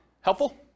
Helpful